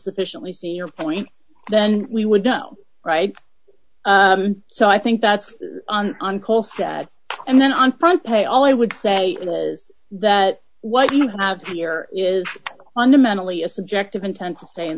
sufficiently see your point then we would know right so i think that's on coal and then on front pay all i would say is that what you have here is fundamentally a subjective intent to stay in